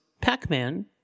Pac-Man